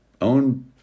own